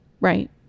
right